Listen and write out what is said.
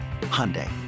Hyundai